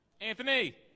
Anthony